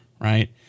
right